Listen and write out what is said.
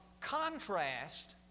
contrast